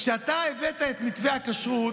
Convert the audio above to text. כשאתה הבאת את מתווה הכשרות,